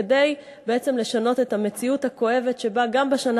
כדי בעצם לשנות את המציאות הכואבת שבה גם בשנה